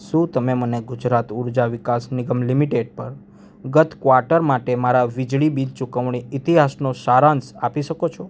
શું તમે મને ગુજરાત ઊર્જા વિકાસ નિગમ લિમિટેડ પર ગત ક્વાર્ટર માટે મારા વીજળી બિલ ચુકવણી ઇતિહાસનો સારાંશ આપી શકો છો